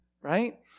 right